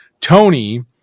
Tony